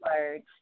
words